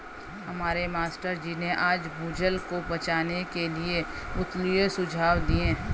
हमारे मास्टर जी ने आज भूजल को बचाने के लिए अतुल्य सुझाव दिए